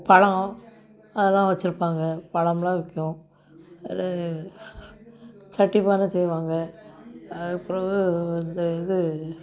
பழம் அதெல்லாம் வச்சுருப்பாங்க பழம்லாம் விற்கும் அதில் சட்டி பானை செய்வாங்க அதுக்குப் பிறகு இந்த இது